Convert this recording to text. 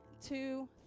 two